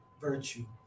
virtue